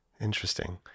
interesting